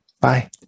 Bye